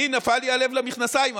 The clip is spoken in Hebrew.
נפל לי הלב למכנסיים,